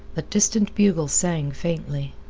a distant bugle sang faintly.